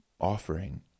offering